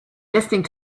listening